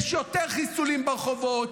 יש יותר חיסולים ברחובות,